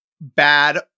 bad